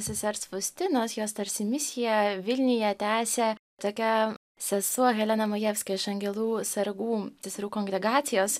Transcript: sesers faustinos jos tarsi misiją vilniuje tęsia tokia sesuo helena majevskaja iš angelų sargų seserų kongregacijos